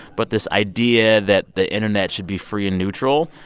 but this idea that the internet should be free and neutral,